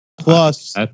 Plus